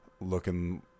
looking